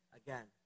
again